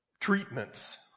treatments